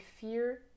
fear